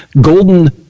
golden